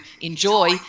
enjoy